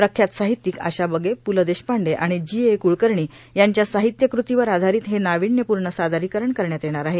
प्रख्यात साहित्यिक आशा बगे प्र ल देशपांडे आणि जी ए कुळकर्णी यांच्या साहित्यकृतीवर आधारित हे नावीन्यपूर्ण सादरीकरण करण्यात येणार आहे